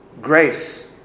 Grace